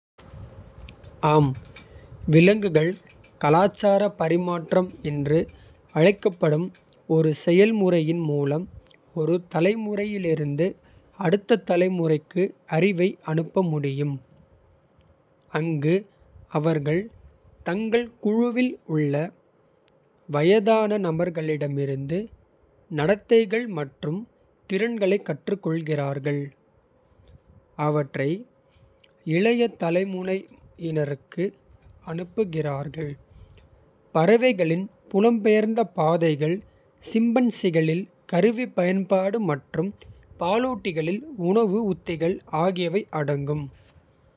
ஆம் விலங்குகள் கலாச்சார பரிமாற்றம். என்று அழைக்கப்படும் ஒரு செயல்முறையின் மூலம். ஒரு தலைமுறையிலிருந்து அடுத்த தலைமுறைக்கு. அறிவை அனுப்ப முடியும் அங்கு அவர்கள் தங்கள். குழுவில் உள்ள வயதான நபர்களிடமிருந்து நடத்தைகள். மற்றும் திறன்களைக் கற்றுக்கொள்கிறார்கள். அவற்றை இளைய தலைமுறையினருக்கு அனுப்புகிறார்கள். பறவைகளின் புலம்பெயர்ந்த பாதைகள். சிம்பன்சிகளில் கருவி பயன்பாடு மற்றும் சில. பாலூட்டிகளில் உணவு உத்திகள் ஆகியவை அடங்கும்.